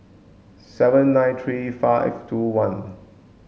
seven nine three five two one